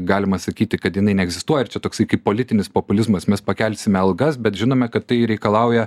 galima sakyti kad jinai neegzistuoja ir čia toksai kaip politinis populizmas mes pakelsime algas bet žinome kad tai reikalauja